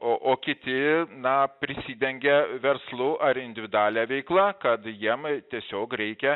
o o kiti na prisidengia verslu ar individualia veikla kad jiem tiesiog reikia